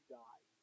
die